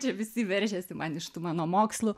čia visi veržiasi man iš tų mano mokslų